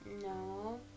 No